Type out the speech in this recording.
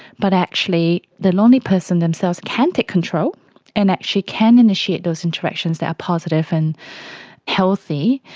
but actually the lonely person themselves can take control and actually can initiate those interactions that are positive and healthy,